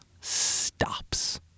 stops